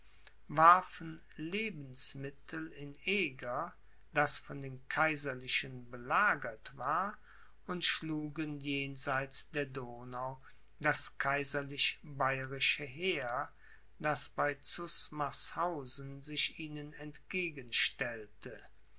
warfen lebensmittel in eger das von den kaiserlichen belagert war und schlugen jenseits der donau das kaiserlich bayerische heer das bei zusmarshausen sich ihnen entgegen